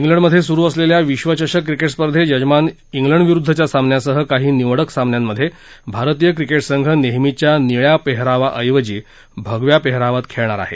ग्लिंड मध्ये सुरू असलेल्या विश्वचषक क्रिकेट स्पर्धेत यजमान ख्लिंड विरुद्धच्या सामन्यासह काही निवडक सामन्यांमध्ये भारतीय क्रिकेट संघ नेहमीच्या निळ्या पेहरावा ऐवजी भगव्या पेहरावात खेळणार आहे